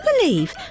believe